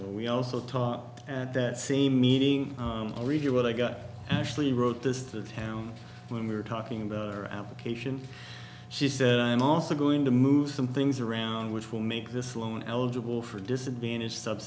we also taught at that same meeting really well i got actually wrote this to town when we were talking about our application she said i'm also going to move some things around which will make this loan eligible for disadvantaged sub